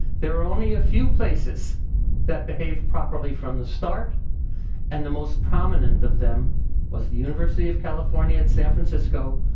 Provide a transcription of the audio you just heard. there are only a few places that behaved properly from the start and the most prominent of them was the university of california at san francisco,